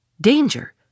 Danger